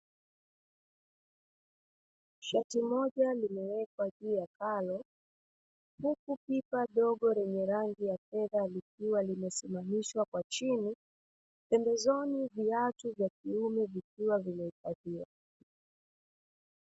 Shati moja limewekwa juu ya pare, huku pipa dogo lenye rangi ya fedha likiwa limesimamishwa kwa chini; pembezoni viatu vya kiume vikiwa vimehifadhiwa.